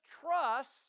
trust